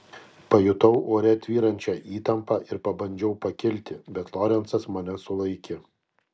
pajutau ore tvyrančią įtampą ir pabandžiau pakilti bet lorencas mane sulaikė